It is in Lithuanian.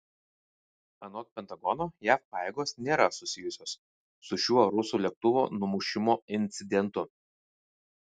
anot pentagono jav pajėgos nėra susijusios su šiuo rusų lėktuvo numušimo incidentu